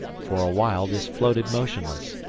for a while this floated motionless.